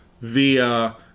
via